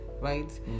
right